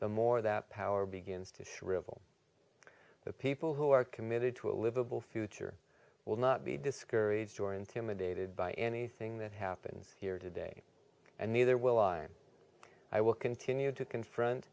the more that power begins to shrivel the people who are committed to a livable future will not be discouraged or intimidated by anything that happens here today and neither will i and i will continue to confront